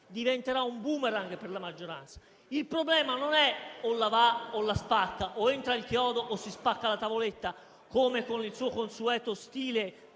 diventerà un *boomerang* per la maggioranza. Il problema non è o la va o la spacca, o entra il chiodo o si spacca la tavoletta, come con il suo consueto stile